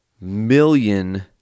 million